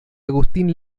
agustín